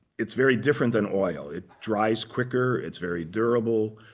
it's very different than oil. it dries quicker. it's very durable.